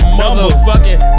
motherfucking